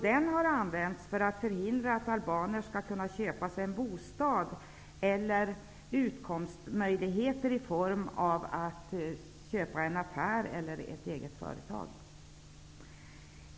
Den har använts för att förhindra att albaner köper sig en bostad eller skaffar sig utkomstmöjligheter i form av en affär eller ett eget företag.